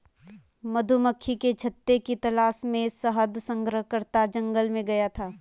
मधुमक्खी के छत्ते की तलाश में शहद संग्रहकर्ता जंगल में गया था